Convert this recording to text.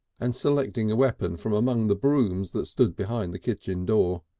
and selecting a weapon from among the brooms that stood behind the kitchen door.